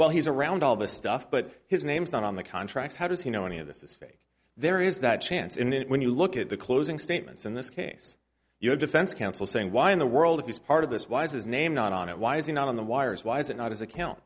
while he's around all this stuff but his name's not on the contracts how does he know any of this is fake there is that chance in it when you look at the closing statements in this case your defense counsel saying why in the world he's part of this why is his name not on it why is he not on the wires why is it not his account